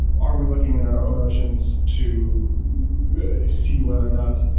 are we looking at our own oceans to see whether or not